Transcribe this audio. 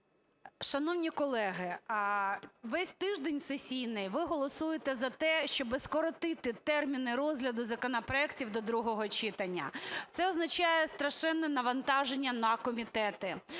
Шановні колеги, весь тиждень сесійний ви голосуєте за те, щоб скоротити терміни розгляду законопроектів до другого читання. Це означає страшенне навантаження на комітети,